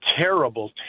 terrible